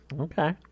Okay